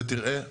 ותראה,